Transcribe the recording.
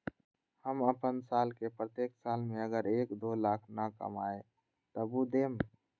हम अपन साल के प्रत्येक साल मे अगर एक, दो लाख न कमाये तवु देम?